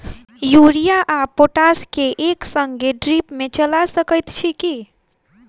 Urea आ potash केँ एक संगे ड्रिप मे चला सकैत छी की?